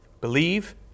Believe